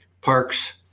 parks